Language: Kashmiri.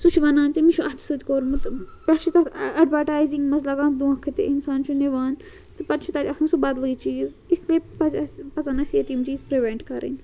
سُہ چھُ وَنان تٔمِس چھُ اَتھٕ سۭتۍ کوٚرمُت پٮ۪ٹھ چھِ تَتھ اٮ۪ڈَوَٹایزِنٛگ منٛز لگان دھۄنٛکہٕ تہِ اِنسان چھُ نِوان تہٕ پَتہٕ چھُ تَتہِ آسان سُہ بَدلے چیٖز اِسلیے پَزِ اَس پَزَن اَسہِ ییٚتہِ یِم چیٖز پِرویٚنٛٹ کَرٕنۍ